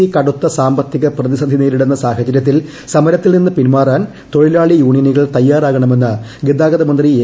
C കടുത്ത സാമ്പത്തിക പ്രതിസന്ധി നേരിടുന്ന സാഹചര്യത്തിൽ സമരത്തിൽ നിന്ന് പിൻമാറാൻ തൊഴിലാളി യൂണിയനുകൾ തയ്യാറാകണമെന്ന് ഗതാഗത മന്ത്രി എ